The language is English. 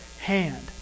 hand